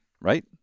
right